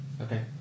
Okay